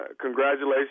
Congratulations